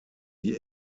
die